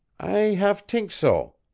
i have t'ink so,